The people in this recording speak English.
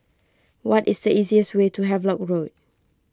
what is the easiest way to Havelock Road